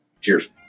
Cheers